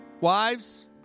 wives